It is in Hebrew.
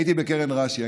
הייתי בקרן רש"י,